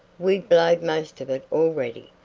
we blowed most of it already,